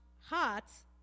hearts